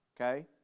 Okay